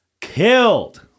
killed